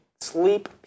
sleep